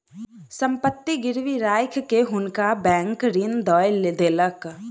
संपत्ति गिरवी राइख के हुनका बैंक ऋण दय देलक